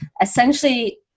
essentially